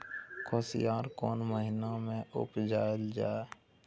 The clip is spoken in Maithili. कोसयार कोन महिना मे उपजायल जाय?